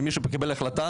שמישהו פה קיבל החלטה,